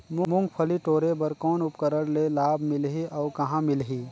मुंगफली टोरे बर कौन उपकरण ले लाभ मिलही अउ कहाँ मिलही?